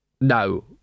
No